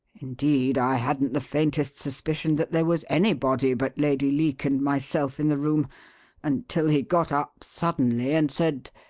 indeed, i hadn't the faintest suspicion that there was anybody but lady leake and myself in the room until he got up suddenly and said,